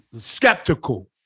skeptical